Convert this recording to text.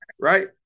right